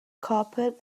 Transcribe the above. carpet